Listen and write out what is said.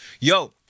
yo